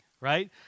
right